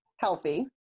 healthy